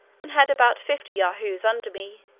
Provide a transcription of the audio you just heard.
and had about fifty yahoos under me,